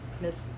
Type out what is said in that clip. Miss